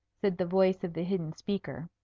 said the voice of the hidden speaker,